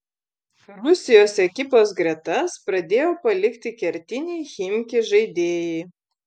rusijos ekipos gretas pradėjo palikti kertiniai chimki žaidėjai